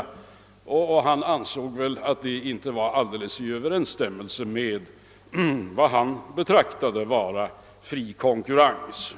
Näringsfrihetsombudsmannen ansåg väl att detta inte var alldeles i överensstämmelse med vad han betraktade som fri konkurrens.